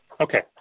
Okay